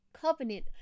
covenant